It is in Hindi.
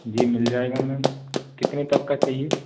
जी मिल जाएगा मैम कितने तक का चाहिए